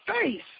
face